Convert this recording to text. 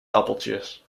appeltjes